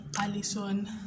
alison